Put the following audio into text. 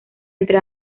entre